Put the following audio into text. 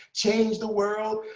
change the world,